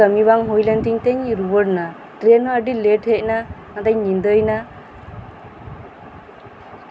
ᱫᱤᱭᱮ ᱠᱟᱹᱢᱤ ᱵᱟᱝ ᱦᱩᱭ ᱞᱮᱱ ᱛᱤᱧ ᱛᱮᱧ ᱨᱩᱣᱟᱹᱲ ᱮᱱᱟ ᱴᱮᱨᱮᱱ ᱦᱚᱸ ᱟᱹᱰᱤ ᱞᱮᱴ ᱦᱮᱡ ᱮᱱᱟ ᱟᱫᱚᱧ ᱧᱤᱫᱟᱹᱭᱮᱱᱟ